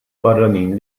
barranin